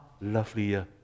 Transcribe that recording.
lovelier